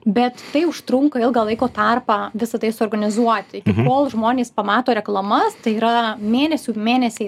bet tai užtrunka ilgą laiko tarpą visa tai suorganizuoti kol žmonės pamato reklamas tai yra mėnesių mėnesiai